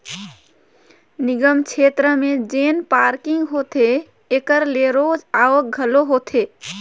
निगम छेत्र में जेन पारकिंग होथे एकर ले रोज आवक घलो होथे